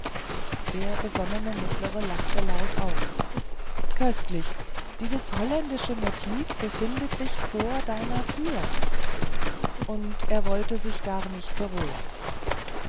der besonnene mittlere lachte laut auf köstlich dieses holländische motiv befindet sich vor deiner türe und er wollte sich gar nicht beruhigen